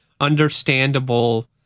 understandable